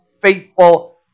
faithful